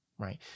right